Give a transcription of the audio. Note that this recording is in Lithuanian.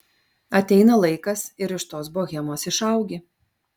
ateina laikas ir iš tos bohemos išaugi